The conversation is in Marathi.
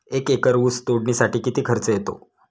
एक एकर ऊस तोडणीसाठी किती खर्च येतो?